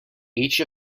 each